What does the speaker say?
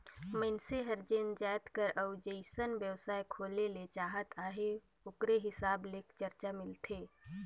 मइनसे हर जेन जाएत कर अउ जइसन बेवसाय खोले ले चाहत अहे ओकरे हिसाब ले खरचा मिलथे